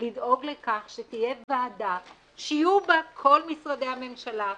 לדאוג לכך שתהיה ועדה שיהיו בה כל משרדי הממשלה,